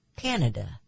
Canada